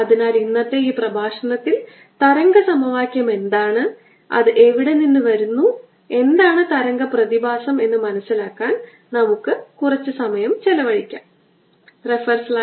അതിനാൽ ഇന്നത്തെ ഈ പ്രഭാഷണത്തിൽ തരംഗ സമവാക്യം എന്താണ് അത് എവിടെ നിന്ന് വരുന്നു എന്താണ് തരംഗ പ്രതിഭാസം എന്ന് മനസിലാക്കാൻ നമ്മൾ കുറച്ച് സമയം ചെലവഴിക്കാൻ പോകുന്നു